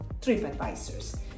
TripAdvisors